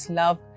love